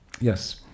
Yes